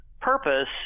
purpose